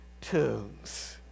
tunes